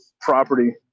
property